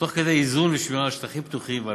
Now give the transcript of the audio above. תוך איזון ושמירה על שטחים פתוחים ועל